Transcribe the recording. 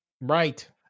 Right